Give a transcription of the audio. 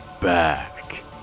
back